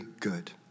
good